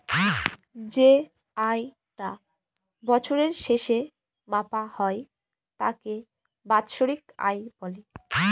যে আয় টা বছরের শেষে মাপা হয় তাকে বাৎসরিক আয় বলে